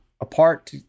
apart